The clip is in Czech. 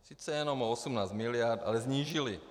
Sice jenom o 18 mld., ale snížili.